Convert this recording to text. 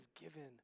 given